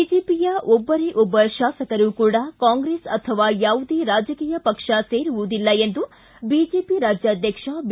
ಬಿಜೆಪಿಯ ಒಬ್ಬರೇ ಒಬ್ಬ ತಾಸಕರು ಕೂಡ ಕಾಂಗ್ರೆಸ್ ಅಥವಾ ಯಾವುದೇ ಯಾವುದೇ ರಾಜಕೀಯ ಪಕ್ಷ ಸೇರುವುದಿಲ್ಲ ಎಂದು ಬಿಜೆಪಿ ರಾಜ್ಯಾಧ್ವಕ್ಷ ಬಿ